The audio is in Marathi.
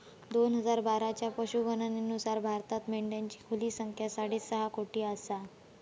दोन हजार बाराच्या पशुगणनेनुसार भारतात मेंढ्यांची खुली संख्या साडेसहा कोटी आसा